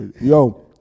Yo